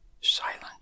silent